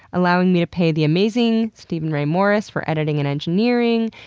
allowing me to pay the amazing steven ray morris for editing and engineering,